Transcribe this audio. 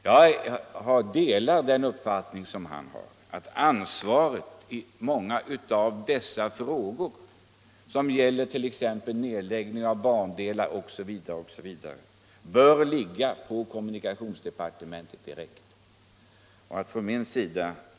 Jag delar Anders Dahlgrens uppfattning att ansvaret för många av dessa frågor, som gäller nedläggning av bandelar osv., bör ligga på kommunikationsdepartementet direkt.